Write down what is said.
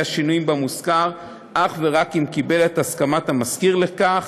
שינויים במושכר אך ורק אם קיבל את הסכמת המשכיר לכך,